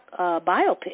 biopic